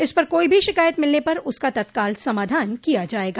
इस पर कोई भी शिकायत मिलने पर उसका तत्काल समाधान किया जायेगा